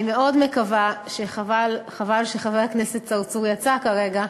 אני מאוד מקווה, חבל שחבר הכנסת צרצור יצא כרגע.